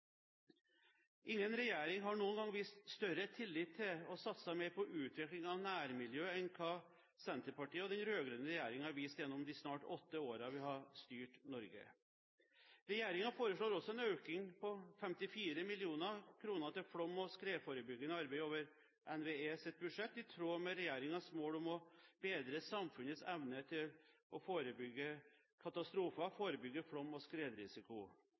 Ingen regjering har noen gang vist større tillit til og satset mer på utvikling av nærmiljøet enn hva Senterpartiet og den rød-grønne regjeringen har gjort gjennom de snart åtte årene vi har styrt Norge. Regjeringen foreslår også en økning på 54 mill. kr til flom- og skredforebyggende arbeid over NVEs budsjett, i tråd med regjeringens mål om å bedre samfunnets evne til å forebygge katastrofer, forebygge flom- og skredrisiko.